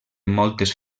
moltes